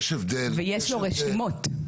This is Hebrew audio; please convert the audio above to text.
ויש לו רשימות.